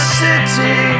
city